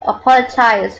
apologized